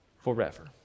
forever